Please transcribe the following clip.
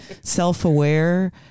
self-aware